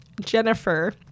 Jennifer